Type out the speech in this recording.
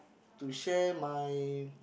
to share my